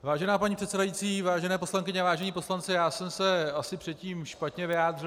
Vážená paní předsedající, vážené poslankyně, vážení poslanci, já jsem se asi předtím špatně vyjádřil.